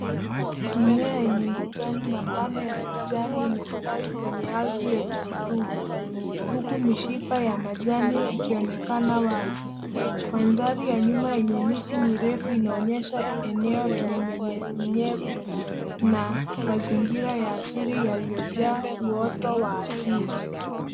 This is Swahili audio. Mimea yenye majani mapana ya kijani imestawi kwenye ardhi yenye rutuba huku mishipa ya majani ikionekana wazi. Mandhari ya nyuma yenye miti mirefu inaonyesha eneo lenye unyevu na mazingira ya asili yaliyojaa uoto wa asili.